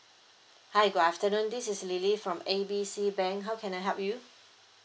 hi good afternoon this is lily from A B C bank how can I help you